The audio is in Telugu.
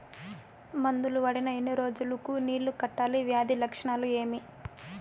మందులు వాడిన ఎన్ని రోజులు కు నీళ్ళు కట్టాలి, వ్యాధి లక్షణాలు ఏమి?